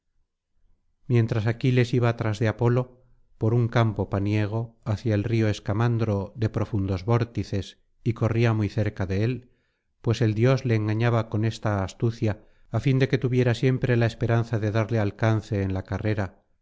mientras aquiles iba tras de apolo por un campo paniego hacía el río escamandro de profundos vórtices y corría muy cerca de él pues el dios le engañaba con esta astucia á fin de que tuviera siempre la esperanza de darle alcance en la carrera